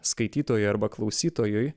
skaitytojui arba klausytojui